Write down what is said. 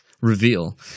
reveal